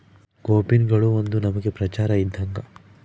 ಕೋಪಿನ್ಗಳು ಒಂದು ನಮನೆ ಪ್ರಚಾರ ಇದ್ದಂಗ